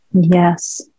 Yes